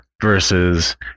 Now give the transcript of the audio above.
versus